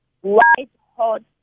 white-hot